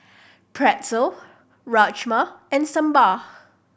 Pretzel Rajma and Sambar